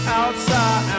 outside